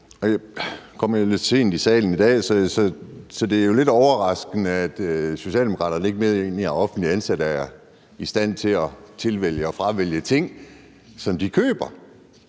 jeg jo lidt sent i salen i dag, så det er lidt overraskende, at Socialdemokraterne ikke mener, at offentligt ansatte er i stand til at tilvælge og fravælge ting, som de køber.